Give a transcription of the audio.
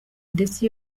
ndetse